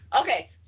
Okay